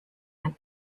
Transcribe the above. and